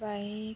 bike